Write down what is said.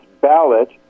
ballot